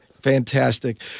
Fantastic